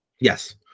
Yes